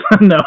no